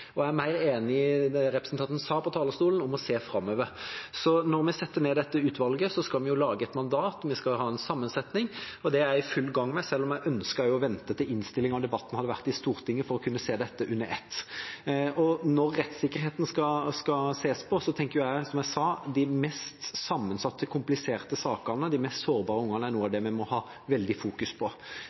Og jeg er mer enig i det representanten sa på talerstolen, om å se framover. Når vi setter ned dette utvalget, skal vi jo lage et mandat, vi skal ha en sammensetting, og det er jeg i full gang med, selv om jeg ønsket å vente på innstillingen og på at debatten hadde vært i Stortinget, for å kunne se dette under ett. Når rettssikkerheten skal ses på, tenker jeg, som jeg sa, at de mest sammensatte, kompliserte sakene, de mest sårbare ungene, er noe av det vi må ha sterkt søkelys på.